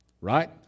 Right